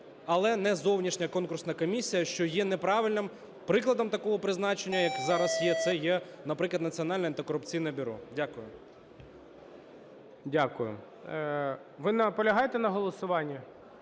Але не зовнішня конкурсна комісія, що є неправильним прикладом такого призначення, як зараз це є, наприклад, Національне антикорупційне бюро. Дякую. ГОЛОВУЮЧИЙ. Дякую. Ви наполягаєте на голосуванні?